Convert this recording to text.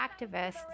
activists